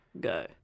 Go